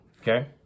okay